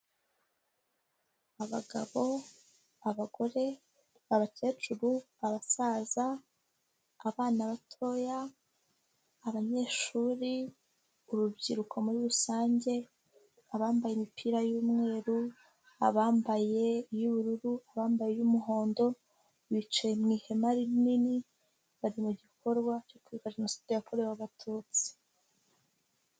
Abagabo, abagore, abakecuru, abasaza, abana batoya, abanyeshuri, urubyiruko muri rusange, abambaye imipira y'umweru, abambaye iy'ubururu, abambaye iy'umuhondo, bicaye mu ihema rinini bari mu gikorwa cyo kwibuka jenoside yakorewe abatutsi.